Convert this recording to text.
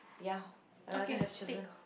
ya I rather have children